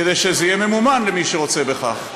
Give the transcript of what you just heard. כדי שזה יהיה ממומן למי שרוצה בכך.